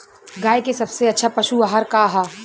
गाय के सबसे अच्छा पशु आहार का ह?